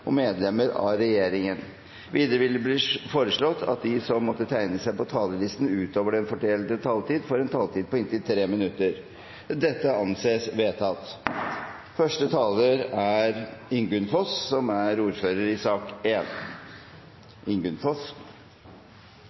fra medlemmer av regjeringen innenfor den fordelte taletid. Videre blir det foreslått at de som måtte tegne seg på talerlisten utover den fordelte taletid, får en taletid på inntil 3 minutter. – Det anses vedtatt. Psykiske plager og lidelser er en av de store folkesykdommene i